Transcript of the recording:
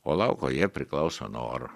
o lauko jie priklauso nuo oro